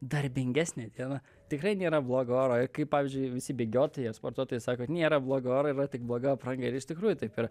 darbingesnė diena tikrai nėra blogo oro ir kai pavyzdžiui visi bėgiotojai ar sportuotojai sako kad nėra blogo oro yra tik bloga apranga ir iš tikrųjų taip yra